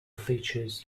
features